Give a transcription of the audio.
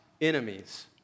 enemies